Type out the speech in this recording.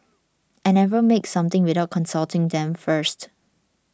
I never make something without consulting them first